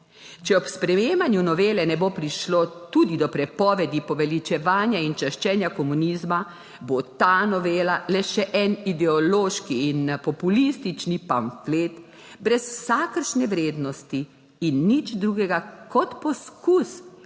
Če ob sprejemanju novele ne bo prišlo tudi do prepovedi poveličevanja in čaščenja komunizma, bo ta novela le še en ideološki in populistični pamflet brez vsakršne vrednosti in nič drugega kot poskus